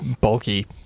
bulky